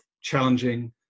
challenging